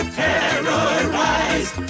terrorize